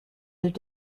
their